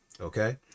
Okay